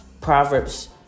Proverbs